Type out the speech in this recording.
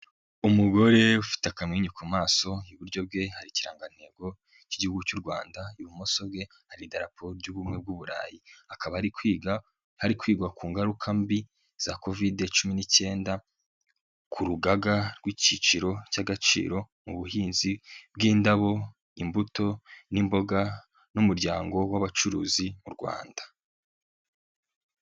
Umugore ufite akamwenyu ku maso, iburyo bwe hari ikirangantego k'igihugu cy'u Rwanda, ibumoso bwe hari n'idarapo ry'ubumwe bw'u Burayi, akaba ari kwiga hari kwigwa ku ngaruka mbi za covid cumi n'ikenda ku rugaga rw'ikiciro cy'agaciro, mu buhinzi bw'indabo, imbuto n'imboga n'umuryango w'abacuruzi mu Rwanda.